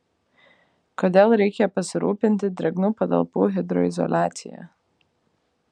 kodėl reikia pasirūpinti drėgnų patalpų hidroizoliacija